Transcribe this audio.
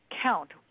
count